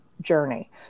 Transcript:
journey